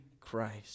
Christ